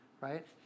Right